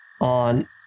on